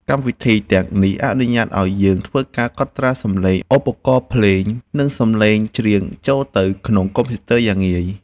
កម្មវិធីទាំងនេះអនុញ្ញាតឱ្យយើងធ្វើការកត់ត្រាសំឡេងឧបករណ៍ភ្លេង និង សំឡេងច្រៀងចូលទៅក្នុងកុំព្យូទ័រយ៉ាងងាយ។